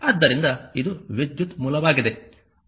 ಆದ್ದರಿಂದ ಇದು ವಿದ್ಯುತ್ ಮೂಲವಾಗಿದೆ